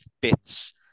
bits